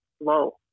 low